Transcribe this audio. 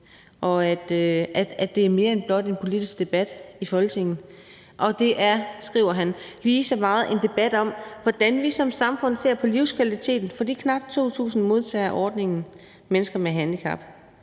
og at det er mere end blot en politisk debat i Folketinget. Det er, skriver han, lige så meget en debat om, hvordan vi som samfund ser på livskvaliteten for de knap 2.000 modtagere af ordningen, altså mennesker med handicap.